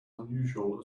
unusual